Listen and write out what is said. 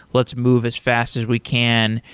let's move as fast as we can.